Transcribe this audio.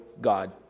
God